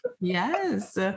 yes